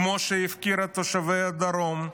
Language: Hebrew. כמו שהיא הפקירה את תושבי הדרום,